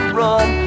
run